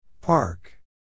Park